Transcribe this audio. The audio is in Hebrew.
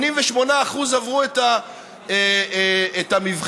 88% עברו את המבחן,